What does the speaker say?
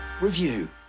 review